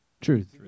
Truth